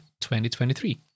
2023